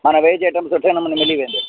माने वेझे हिकदमि सुठे नमूने मिली वेंदो